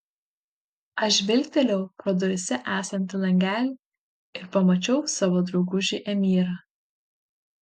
aš žvilgtelėjau pro duryse esantį langelį ir pamačiau savo draugužį emyrą